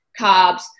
carbs